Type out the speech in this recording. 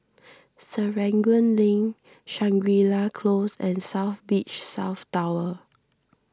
Serangoon Link Shangri La Close and South Beach South Tower